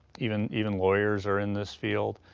even even lawyers are in this field.